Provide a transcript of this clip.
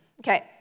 Okay